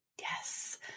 Yes